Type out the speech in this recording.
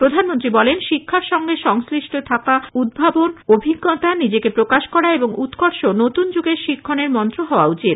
প্রধানমন্ত্রী বলেন শিক্ষার সঙ্গে সংশ্লিষ্ট থাকা উদ্ভাবন অভিজ্ঞতা নিজেকে প্রকাশ করা এবং উৎকর্ষ নতুন যুগের শিক্ষনের মন্ত্র হওয়া উচিত